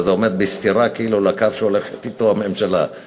וזה עומד בסתירה כאילו לקו שהממשלה הולכת אתו.